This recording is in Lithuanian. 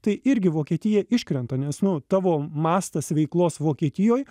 tai irgi vokietija iškrenta nes nu tavo mąstas veiklos vokietijoj